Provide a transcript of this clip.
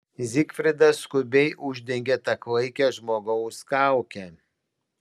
zigfridas skubiai uždengė tą klaikią žmogaus kaukę